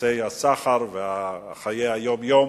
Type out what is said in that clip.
בנושאי הסחר וחיי היום-יום.